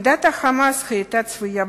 עמדת ה"חמאס" היתה צפויה,